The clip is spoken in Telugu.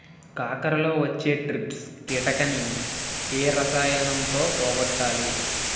కాకరలో వచ్చే ట్రిప్స్ కిటకని ఏ రసాయనంతో పోగొట్టాలి?